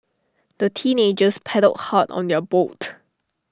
the teenagers paddled hard on their boat